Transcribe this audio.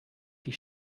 die